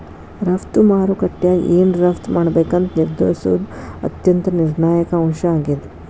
ರಫ್ತು ಮಾರುಕಟ್ಯಾಗ ಏನ್ ರಫ್ತ್ ಮಾಡ್ಬೇಕಂತ ನಿರ್ಧರಿಸೋದ್ ಅತ್ಯಂತ ನಿರ್ಣಾಯಕ ಅಂಶ ಆಗೇದ